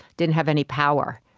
didn't have any power.